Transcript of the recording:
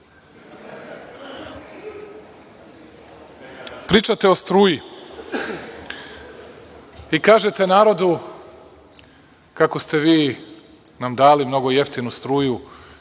o struji i kažete narodu kako ste vi nam dali mnogo jeftinu struju